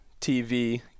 tv